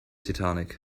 titanic